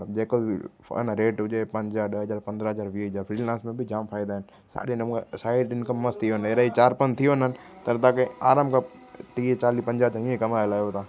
मतिलबु जेको बि अन रेट हुजे पंजाह ॾह हज़ार पंद्रहं हज़ार वीह हज़ार फ़्रीलांसर में बि जाम फ़ाइदा आहिनि साड नम उहे साइड इंकम मस्तु थी वञे अहिड़ा ई चार पंज थी वञनि त बि तव्हां खे आराम खां टीह चालीह पंजाह त ईअं कमाए लायो तव्हां